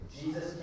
Jesus